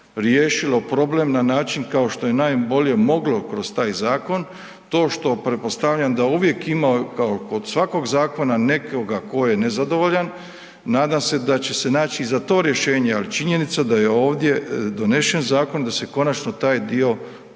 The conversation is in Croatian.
riješilo problem na način kao što je najbolje moglo kroz taj zakon. To što, pretpostavljam, da uvijek kao kod svakog zakona nekog tko je nezadovoljan, nadam se da će se naći i za to rješenje, ali činjenica je da je ovdje donesen zakon, da se konačno taj dio